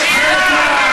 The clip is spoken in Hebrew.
תצעקו.